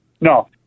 No